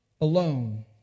alone